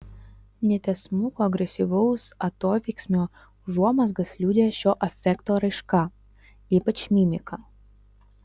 netiesmuko agresyvaus atoveiksmio užuomazgas liudija šio afekto raiška ypač mimika